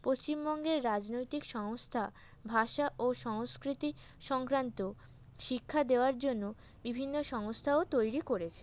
পশ্চিমবঙ্গের রাজনৈতিক সংস্থা ভাষা ও সংস্কৃতি সংক্রান্ত শিক্ষা দেওয়ার জন্য বিভিন্ন সংস্থাও তৈরি করেছে